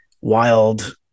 wild